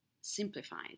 simplified